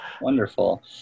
Wonderful